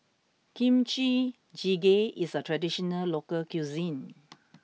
Kimchi Jjigae is a traditional local cuisine